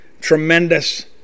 tremendous